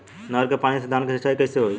नहर क पानी से धान क सिंचाई कईसे होई?